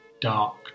dark